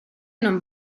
non